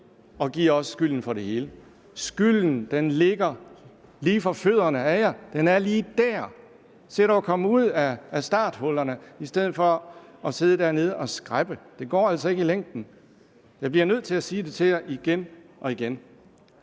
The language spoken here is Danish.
og give os skylden for det hele. Skylden ligger for fødderne af Enhedslisten, den er lige dér. Se dog at komme ud af starthullerne i stedet for at sidde dernede og skræppe! Det går altså ikke i længden. Jeg bliver nødt til sige det til Enhedslisten igen